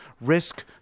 risk